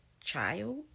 child